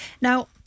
Now